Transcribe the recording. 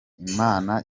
imana